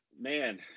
man